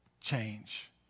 change